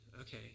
okay